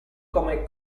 come